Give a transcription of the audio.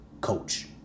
coach